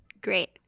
Great